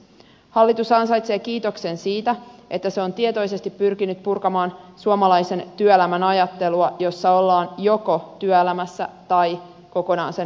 hallitus ansaitsee kiitoksen siitä että se on tietoisesti pyrkinyt purkamaan suomalaisen työelämän ajattelua jossa ollaan joko työelämässä tai kokonaan sen ulkopuolella